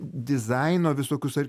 dizaino visokius ar